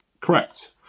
correct